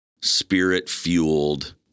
spirit-fueled